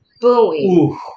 booing